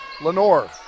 Lenore